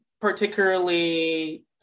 particularly